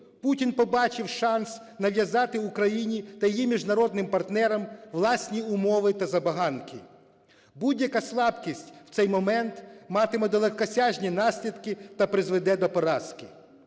Путін побачив шанс нав'язати Україні та її міжнародним партнерам власні умови та забаганки. Будь-яка слабкість в цей момент матиме далекосяжні наслідки та призведе до поразки.